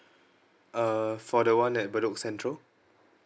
uh for the one at bedok central